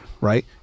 right